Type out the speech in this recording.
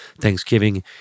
Thanksgiving